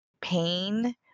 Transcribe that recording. pain